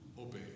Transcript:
obey